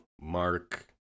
Mark